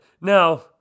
Now